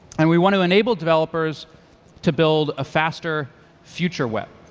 and we want to enable developers to build a faster future web.